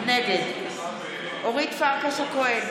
נגד אורית פרקש הכהן,